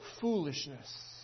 foolishness